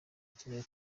kigali